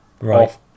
Right